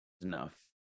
enough